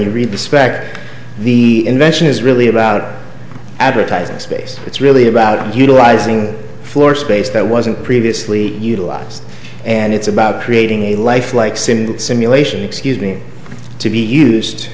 you read the spec the invention is really about advertising space it's really about utilizing floor space that wasn't previously utilized and it's about creating a lifelike symbol simulation excuse me to be used